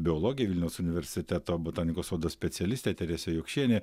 biologė vilniaus universiteto botanikos sodo specialistė teresė jokšienė